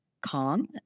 calm